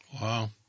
Wow